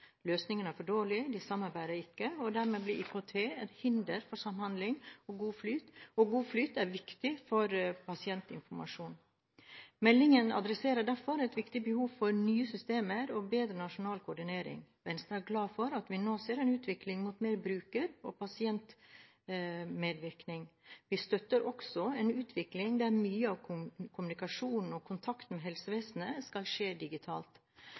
Løsningene er for dårlige, de samarbeider ikke, og dermed blir IKT et hinder for samhandling og god flyt av viktig pasientinformasjon. Meldingen adresserer derfor et viktig behov for nye systemer og bedre nasjonal koordinering. Venstre er glad for at vi nå ser en utvikling mot mer bruker- og pasientmedvirkning. Vi støtter også en utvikling der mye av kommunikasjonen og kontakten med helsevesenet skal skje digitalt.